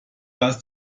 dass